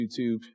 YouTube